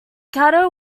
caddo